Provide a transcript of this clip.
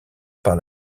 par